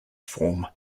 form